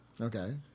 Okay